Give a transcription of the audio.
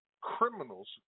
criminals